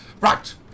Right